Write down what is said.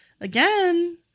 again